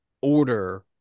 order